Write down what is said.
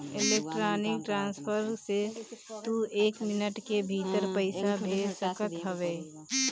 electronic transfer से तू एक मिनट के भीतर पईसा भेज सकत हवअ